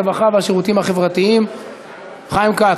הרווחה והשירותים החברתיים חיים כץ.